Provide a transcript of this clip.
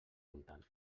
voltant